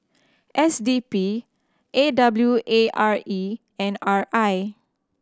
S D P A W A R E and R I